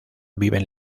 viven